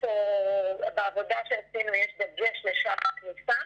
בעבודה שעשינו יש דגש לשער הכניסה,